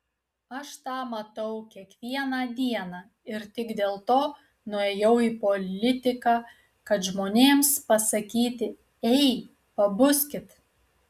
aš tą matau kiekvieną dieną ir tik dėl to nuėjau į politiką kad žmonėms pasakyti ei pabuskit